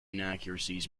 inaccuracies